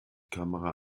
kamera